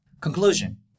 Conclusion